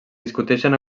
discuteixen